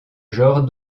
genre